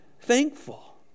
thankful